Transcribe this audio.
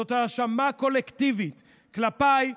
זאת האשמה קולקטיבית כלפיי,